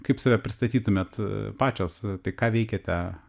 kaip save pristatytumėt pačios tai ką veikiate